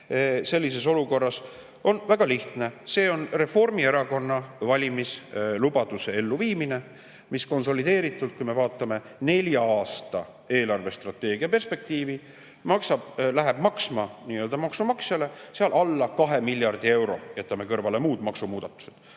sellises olukorras? On väga lihtne [vastus]: see on Reformierakonna valimislubaduse elluviimine, mis konsolideeritult, kui me vaatame nelja aasta eelarvestrateegia perspektiivi, läheb maksma maksumaksjale alla 2 miljardi euro, kui me jätame kõrvale muud maksumuudatused.